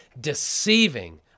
deceiving